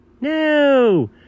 No